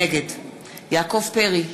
נגד יעקב פרי,